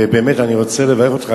ובאמת אני רוצה לברך אותך,